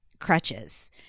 Crutches